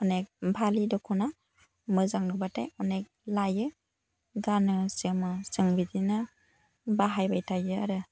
अनेक फालि दख'ना मोजां नुबाथाय अनेख लायो गानो जोमो जों बिदिनो बाहायबाय थायो आरो